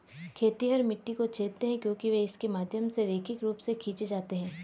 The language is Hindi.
खेतिहर मिट्टी को छेदते हैं क्योंकि वे इसके माध्यम से रैखिक रूप से खींचे जाते हैं